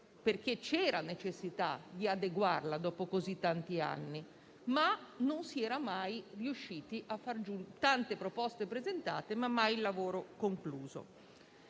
infatti la necessità di adeguarla dopo così tanti anni, ma non si era mai riusciti a farlo; tante proposte presentate, ma mai il lavoro si è concluso.